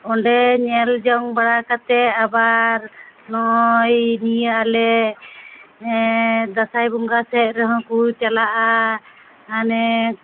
ᱚᱸᱰᱮ ᱧᱮᱞ ᱡᱚᱝ ᱵᱟᱲᱟ ᱠᱟᱛᱮᱫ ᱟᱵᱟᱨ ᱱᱚᱜᱼᱚᱭ ᱱᱤᱭᱟᱹ ᱟᱞᱮ ᱫᱟᱸᱥᱟᱭ ᱵᱚᱸᱜᱟ ᱥᱮᱫ ᱨᱮᱦᱚᱸ ᱠᱚ ᱪᱟᱞᱟᱜᱼᱟ ᱦᱟᱱᱮ